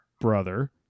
brother